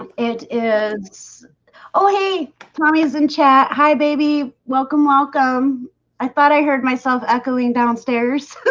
um it is oh hey mommy's in chat hi, baby, welcome welcome i thought i heard myself echoing downstairs